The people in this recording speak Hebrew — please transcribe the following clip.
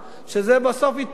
שזה בסוף יתפוצץ,